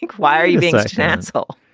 why are you being an asshole?